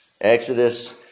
Exodus